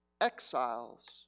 exiles